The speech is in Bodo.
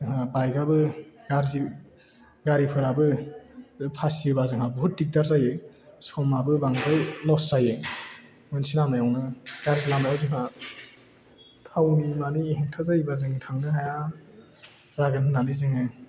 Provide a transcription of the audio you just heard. जोंहा बाइकआबो गारिफोराबो बे फासियोबा जोंहा बहुद दिग्दार जायो समाबो बांद्राय लस जायो मोनसे लामायावनो गाज्रि लामायावनो जोङो थावनि मानि हेंथा जायोबा जों थांनो हाया जागोन होननानै जोङो